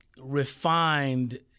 refined